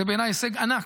זה בעיניי הישג ענק.